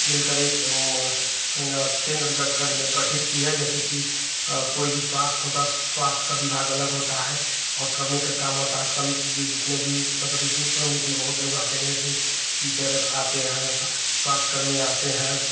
मिलकर एक केन्द्र गठित की है जैसे कि कोई भी स्वास्थ्य होता स्वास्थ्य का विभाग अलग होता है और श्रमिक का काम होता है श्रमिक जितने भी उत्तर प्रदेश में श्रमिक में बहुत लोग आते हैं जैसे टीचर आते हैं स्वास्थ्यकर्मी आते हैं